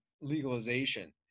legalization